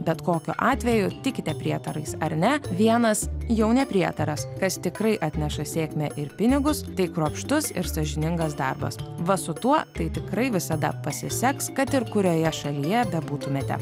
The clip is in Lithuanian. bet kokiu atveju tikite prietarais ar ne vienas jau ne prietaras kas tikrai atneša sėkmę ir pinigus tai kruopštus ir sąžiningas darbas va su tuo tai tikrai visada pasiseks kad ir kurioje šalyje bebūtumėte